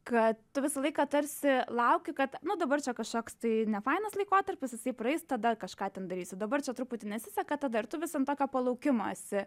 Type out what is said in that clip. kad tu visą laiką tarsi lauki kad nu dabar čia kažkoks tai nefainas laikotarpis jisai praeis tada kažką ten darysi dabar čia truputį nesiseka tada ir tu vis ant tokio palaukimo esi